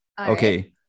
Okay